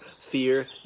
fear